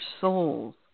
souls